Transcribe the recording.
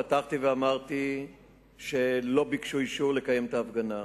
פתחתי ואמרתי שלא ביקשו אישור לקיים את ההפגנה,